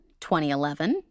2011